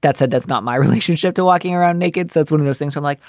that's a that's not my relationship to walking around naked. that's one of those things i'm like.